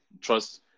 trust